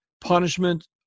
Punishment